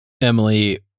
Emily